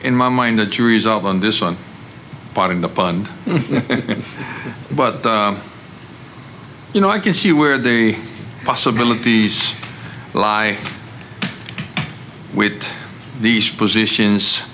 in my mind that you resolve on this one part in the fund but you know i can see where the possibilities lie with these positions